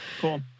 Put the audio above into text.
Cool